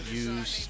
use